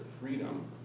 freedom